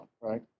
right